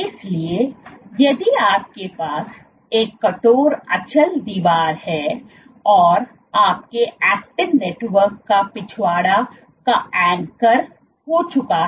इसलिए यदि आपके पास एक कठोर अचल दीवार है और आपके एक्टिन नेटवर्क का पिछवाड़ा का एंकर हो चुका है